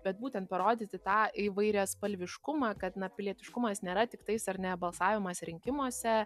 bet būtent parodyti tą įvairiaspalviškumą kad pilietiškumas nėra tiktais ar ne balsavimas rinkimuose